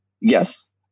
yes